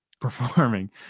performing